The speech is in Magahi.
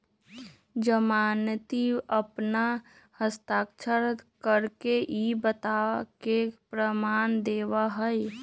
जमानती अपन हस्ताक्षर करके ई बात के प्रमाण देवा हई